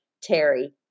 Terry